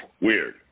Weird